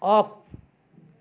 off